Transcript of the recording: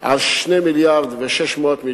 על 2.6 מיליארדים,